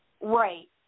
Right